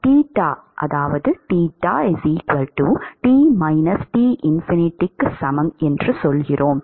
தீட்டாவை க்கு சமம் என்று சொல்கிறோம்